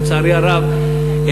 לצערי הרב,